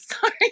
sorry